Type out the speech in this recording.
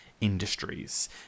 Industries